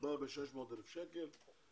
מדובר ב-600,000 שקלים,